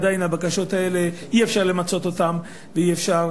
עדיין הבקשות האלה אי-אפשר למצות אותן ואי-אפשר